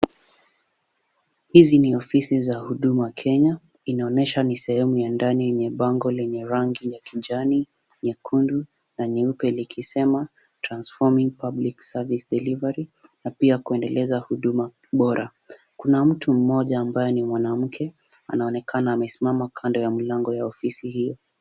Hizi ni ofisi za huduma Kenya. Inaonyesha ni sehemu ya yenye bango lenye rangi ya kijani, nyekundu na nyeupe likisema transforming public service delivery na pia kuendeleza huduma bora. Kuna mtu mmoja ambaye ni mwanamke anaonekana amesimama kando ya mlango ya ofisi hiyo.